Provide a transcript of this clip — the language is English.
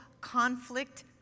conflict